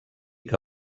que